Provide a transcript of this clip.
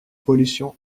pollution